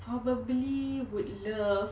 probably would love